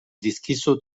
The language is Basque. dizkizu